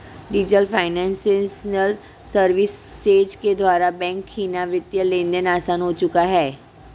diesel financial services के द्वारा bank रवीना वित्तीय लेनदेन आसान हो चुका है